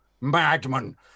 Madman